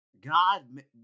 God